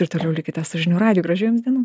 ir toliau likite su žinių radiju gražių jums dienų